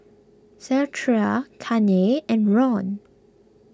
Zechariah Kanye and Ron